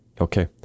Okay